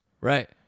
Right